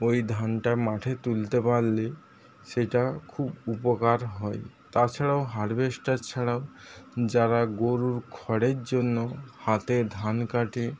ওই ধানটা মাঠে তুলতে পারলে সেটা খুব উপকার হয় তাছাড়াও হারভেস্টার ছাড়াও যারা গরুর খড়ের জন্য হাতে ধান কাটে